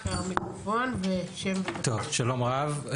שלום רב,